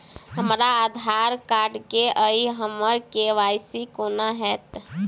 हमरा आधार कार्ड नै अई हम्मर के.वाई.सी कोना हैत?